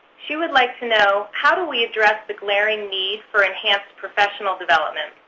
she would like to know, how do we address the glaring need for enhanced professional development,